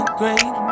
great